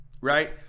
Right